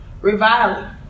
reviling